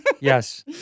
Yes